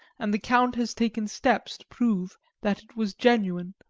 and the count has taken steps to prove that it was genuine,